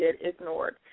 ignored